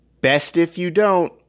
bestifyoudon't